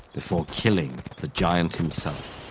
before killing the giant himself.